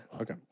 Okay